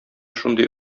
шундый